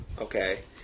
Okay